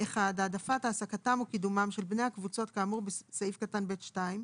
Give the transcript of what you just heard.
העדפת העסקתם או קידומם של בני הקבוצות כאמור בסעיף קטן (ב)(2),